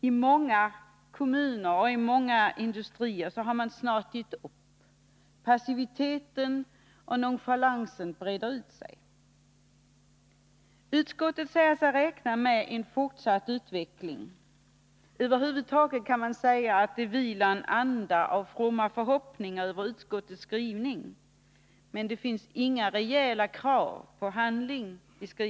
I många kommuner och i många industrier har man snart gett upp — passiviteten och nonchalansen breder ut sig — men utskottet säger sig räkna med en fortsatt utveckling. Över huvud taget kan man säga att det vilar en anda av fromma förhoppningar över utskottets skrivning, men det finns där inga reella krav på handling.